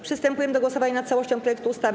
Przystępujemy do głosowania nad całością projektu ustawy.